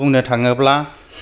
बुंनो थाङोब्ला